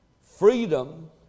Freedom